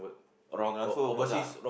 oh wrong ah so of course ah